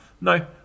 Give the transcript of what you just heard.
No